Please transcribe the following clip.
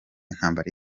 intambara